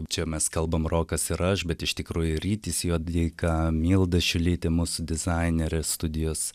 čia mes kalbam rokas ir aš bet iš tikrųjų rytis juodeika milda šilytė mūsų dizainerė studijos